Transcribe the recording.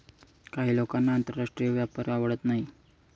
काही लोकांना आंतरराष्ट्रीय व्यापार आवडत नाही